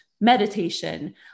meditation